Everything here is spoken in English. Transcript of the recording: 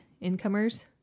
incomers